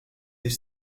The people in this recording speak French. des